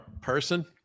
person